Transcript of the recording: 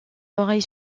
aurait